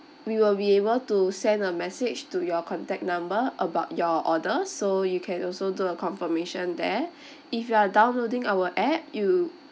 we will be able to send a message to your contact number about your order so you can also do a confirmation there if you're downloading our app you